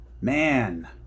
Man